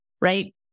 right